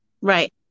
Right